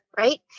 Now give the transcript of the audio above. right